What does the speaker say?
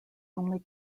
only